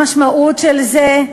המשמעות של זה,